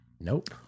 Nope